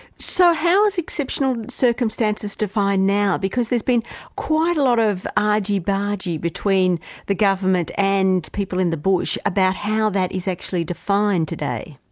so how is exceptional circumstances defined now? because there's been quite a lot of argy-bargy between the government and people in the bush about how that is actually defined today.